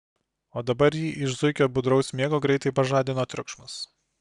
o dabar jį iš zuikio budraus miego greitai pažadino triukšmas